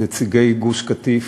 נציגי גוש-קטיף,